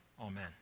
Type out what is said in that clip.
Amen